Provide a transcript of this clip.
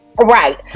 Right